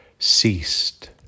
Ceased